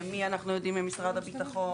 מי אנחנו יודעים ממשרד הביטחון,